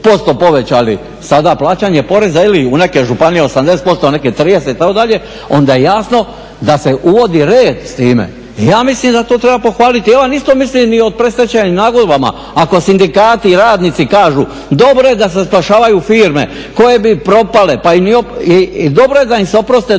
1000% povećali sada plaćanje poreza ili u neke županije 80%, u neke 30 itd., onda je jasno da se uvodi red s time. I ja mislim da to treba pohvaliti. I ja vam isto mislim i o predstečajnim nagodbama ako sindikati i radnici kažu dobro je da se spašavaju firme koje bi propale. Pa i dobro je da im se oproste